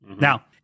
Now